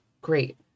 Great